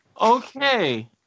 Okay